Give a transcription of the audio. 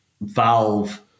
valve